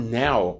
now